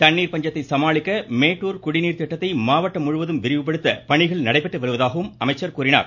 தண்ணீர் பஞ்சத்தை சமாளிக்க மேட்டூர் குடிநீர் திட்டத்தை மாவட்டம் முழுவதும் விரிவுபடுத்த பணிகள் நடைபெற்று வருவதாகவும் கூறினார்